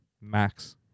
Max